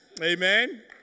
Amen